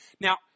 Now